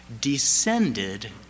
descended